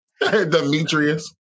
Demetrius